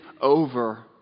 over